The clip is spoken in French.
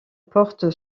porte